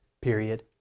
period